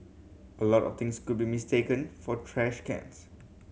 a lot of things could be mistaken for trash cans